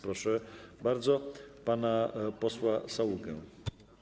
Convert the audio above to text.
Proszę bardzo pana posła Saługę.